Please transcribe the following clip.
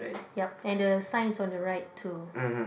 yup and the sign is on the right too